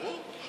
ברור.